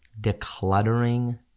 decluttering